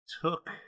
took